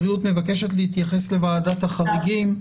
הבריאות מבקשת להתייחס לוועדת החריגים.